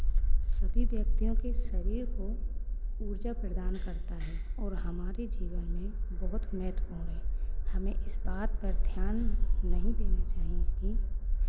सभी व्यक्तियों के शरीर को ऊर्जा प्रदान करता है और हमारे जीवन में बहुत महत्वपूर्ण है हमें इस बात पर ध्यान नहीं देना चाहिए कि